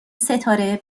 ستاره